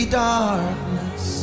darkness